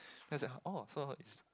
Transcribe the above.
then I oh so is